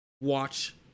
watch